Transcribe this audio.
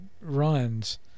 runs